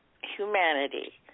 humanity